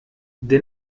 der